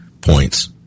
points